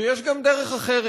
שיש גם דרך אחרת: